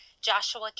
Joshua